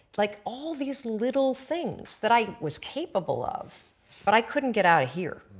like all these little things that i was capable of but i couldn't get out of here,